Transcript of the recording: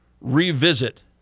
revisit